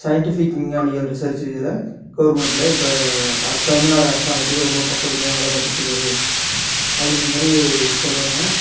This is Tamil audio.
சயின்டிஃபிக் விஞ்ஞானிகள் ரிசர்ச் இதில் கவர்மெண்ட்டில் இப்போ அரசு தமிழ்நாடு அரசாங்கத்துக்கு ரொம்ப பக்கத்துணையாக வேலை பார்த்துட்டுருக்காரு அப்படின்ற மாதிரி சொல்கிறாங்க